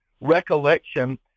recollection